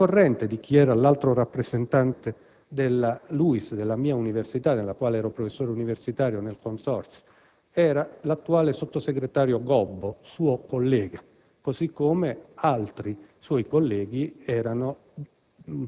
È al corrente di chi era l'altro rappresentante della LUISS, della università nella quale ero professore universitario, nel Consorzio? Era l'attuale sottosegretario Gobbo, suo collega, così come altri suoi colleghi erano